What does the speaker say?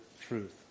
truth